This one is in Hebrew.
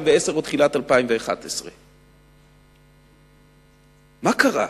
או בתחילת 2011. מה קרה?